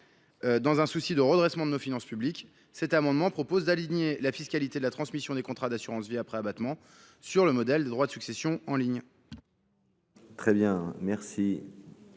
dans un souci de redressement de nos finances publiques, il s’agit d’aligner la fiscalité de la transmission des contrats d’assurance vie après abattement sur le modèle des droits de succession en ligne.